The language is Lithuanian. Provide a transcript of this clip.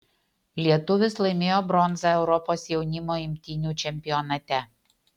lietuvis laimėjo bronzą europos jaunimo imtynių čempionate